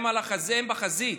הם בחזית,